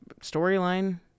storyline